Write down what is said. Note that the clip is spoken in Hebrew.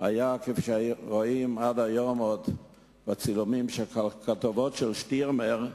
כפי שרואים עד היום בכתבות של ה"שטירמר".